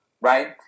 Right